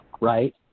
right